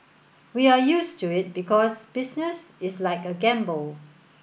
we are used to it because business is like a gamble